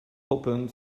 opened